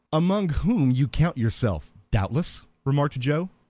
among whom you count yourself, doubtless, remarked joe.